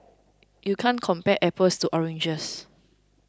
you can't compare apples to oranges